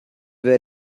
were